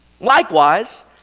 Likewise